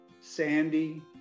Sandy